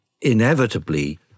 inevitably